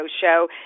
show